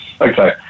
Okay